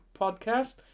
podcast